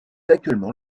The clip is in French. actuellement